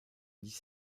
dix